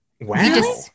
Wow